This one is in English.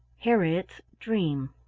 harriett's dream.